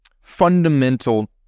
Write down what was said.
fundamental